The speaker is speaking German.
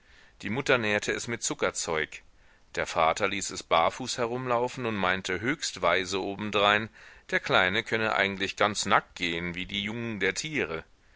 die mutter nährte es mit zuckerzeug der vater ließ es barfuß herumlaufen und meinte höchst weise obendrein der kleine könne eigentlich ganz nackt gehen wie die jungen der tiere